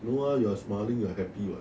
no ah you're smiling your happy what